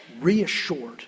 reassured